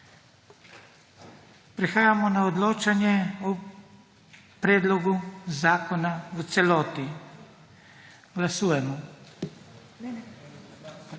Prehajamo na odločanje o predlogu zakona v celoti.